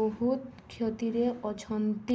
ବହୁତ କ୍ଷତିରେ ଅଛନ୍ତି